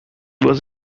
was